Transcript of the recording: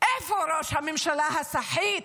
איפה ראש הממשלה הסחיט,